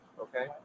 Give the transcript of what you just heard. okay